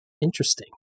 interesting